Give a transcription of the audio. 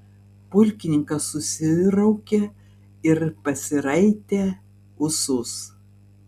pulkininkas susiraukė ir pasiraitę ūsus